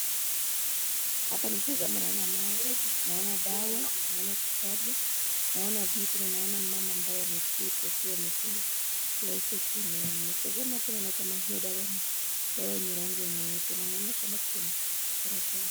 Hapa nikitazama naona meza, naona dawa, naona kitabu, naona viti na naona mama ambaye ameketi ambaye amefunga leso kiunoni. Nikizama naona hapa hiyo dawa ina rangi nyeupe.